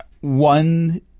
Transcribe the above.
one